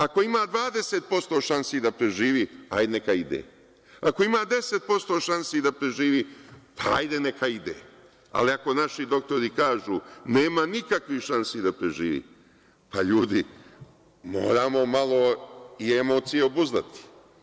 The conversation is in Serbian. Ako ima 20% šansi da preživi, hajde neka ide, ako ima 10% šansi da preživi pa hajde neka ide, ali ako naši doktori kažu da nema nikakvih šansi da preživi, pa ljudi moramo malo i emocije obuzdati.